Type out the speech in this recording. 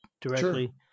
directly